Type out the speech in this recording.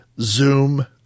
zoom